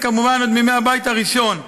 וכמובן עוד מימי הבית הראשון.